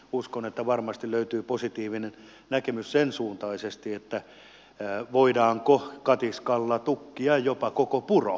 uskon että varmasti löytyy positiivinen näkemys sen suuntaisesti voidaanko katiskalla tukkia jopa koko puro